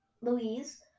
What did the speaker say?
Louise